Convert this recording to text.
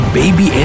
baby